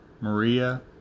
Maria